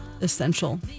essential